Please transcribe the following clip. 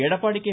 Edappadi K